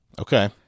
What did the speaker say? Okay